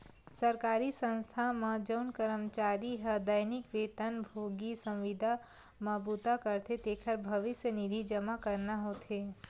सरकारी संस्था म जउन करमचारी ह दैनिक बेतन भोगी, संविदा म बूता करथे तेखर भविस्य निधि जमा करना होथे